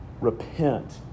Repent